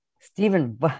Stephen